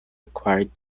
required